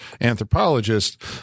anthropologist